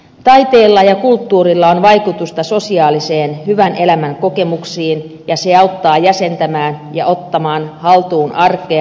taiteella ja kulttuurilla on vaikutusta sosiaalisiin hyvän elämän kokemuksiin ja ne auttavat jäsentämään ja ottamaan haltuun arkea